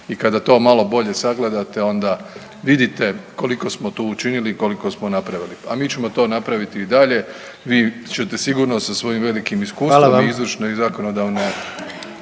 i kada to malo bolje sagledate onda vidite koliko smo tu učinili i koliko smo napravili, a mi ćemo to napraviti i dalje. Vi ćete sigurno sa svojim velikim iskustvom …/Upadica: Hvala